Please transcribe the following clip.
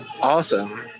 Awesome